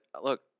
look